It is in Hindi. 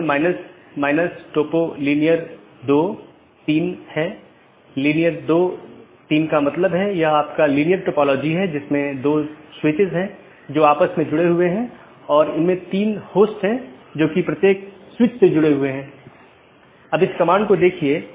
क्योंकि प्राप्त करने वाला स्पीकर मान लेता है कि पूर्ण जाली IBGP सत्र स्थापित हो चुका है यह अन्य BGP साथियों के लिए अपडेट का प्रचार नहीं करता है